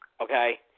okay